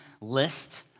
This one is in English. list